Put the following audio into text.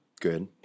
Good